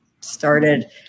started